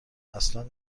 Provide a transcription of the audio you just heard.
اصلا